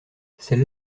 celle